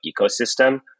ecosystem